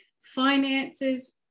finances